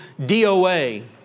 DOA